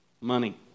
Money